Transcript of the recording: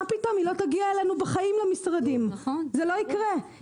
היא לא תגיע אלינו בחיים למשרדים וזה לא יקרה.